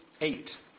Eight